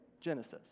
Genesis